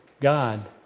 God